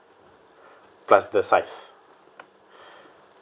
plus the size